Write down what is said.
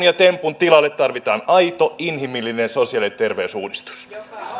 ja tempun tilalle tarvitaan aito inhimillinen sosiaali ja terveysuudistus